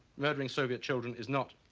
murdering soviet children is not,